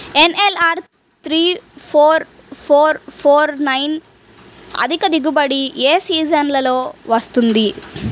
NLR three four four four nine అధిక దిగుబడి ఏ సీజన్లలో వస్తుంది?